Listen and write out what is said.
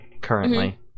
currently